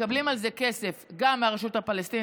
מקבלים על זה כסף גם מהרשות הפלסטינית,